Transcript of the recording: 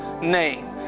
name